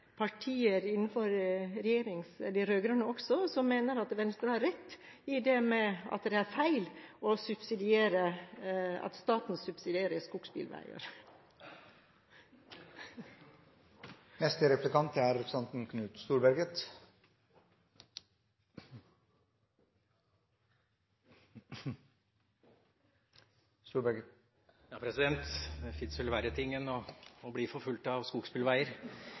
partier blant de rød-grønne også som mener at Venstre har rett i at det er feil at staten subsidierer skogsbilveier. Det fins vel verre ting enn å bli forfulgt av enn skogsbilveier! Venstre snakker veldig mye om det å